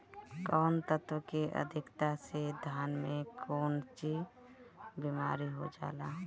कौन तत्व के अधिकता से धान में कोनची बीमारी हो जाला?